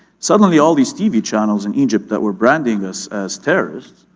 suddenly, all these tv channels in egypt that were branding us as terrorists,